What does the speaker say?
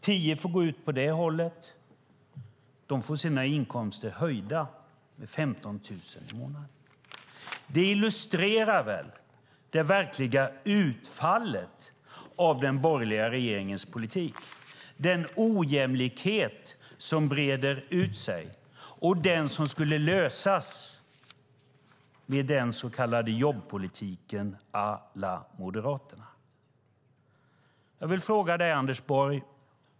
Tio får gå ut åt höger, och de får sina inkomster höjda med 15 000 kronor. Detta illustrerar det verkliga utfallet av den borgerliga regeringens politik och den ojämlikhet som breder ut sig. Den skulle ju lösas med den så kallade jobbpolitiken à la Moderaterna. Anders Borg!